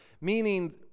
meaning